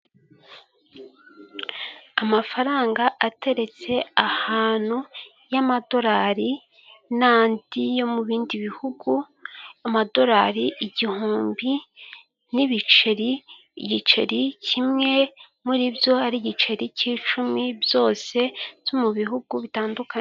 Inyubako ifite ibikuta by'umweru ifite inzugi zikinguye ikaba ifite inzu imigezi y'imibara y'ibyatsi, n'iziri mu ibara ry'umuhondo hejuru hamanitse icyapa kii ibara ry'ubururu kirimo amadarapo y'ubugu n'ubwongereza ndetse n'amerika.